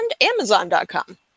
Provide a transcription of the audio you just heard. amazon.com